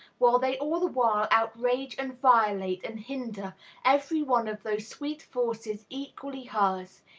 while they all the while outrage and violate and hinder every one of those sweet forces equally hers,